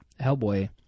Hellboy